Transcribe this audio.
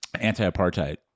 Anti-apartheid